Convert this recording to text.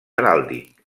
heràldic